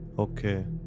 Okay